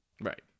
right